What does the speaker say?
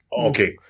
Okay